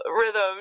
rhythm